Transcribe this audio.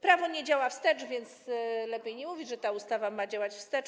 Prawo nie działa wstecz, więc lepiej nie mówić, że ta ustawa ma działać wstecz.